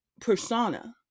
persona